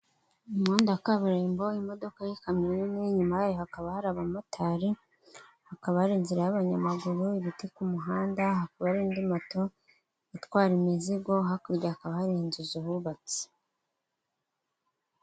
Iimpudu ya kaburimbo imodoka yakamyo n imwe nyuma yayo hakaba hari abamotari hakaba ari inzira y'abanyamaguru ibiti ku muhanda hakaba indi moto itwara imizigo hakurya hakaba hari inzuzihubatse.